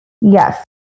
Yes